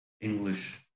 English